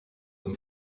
them